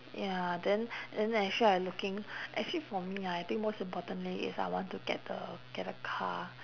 ya then then actually I looking actually for me ah I think most importantly is I want to get the get a car